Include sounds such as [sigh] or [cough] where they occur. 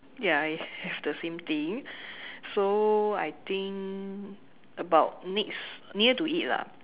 ya [laughs] I have the same thing so I think about next near to it lah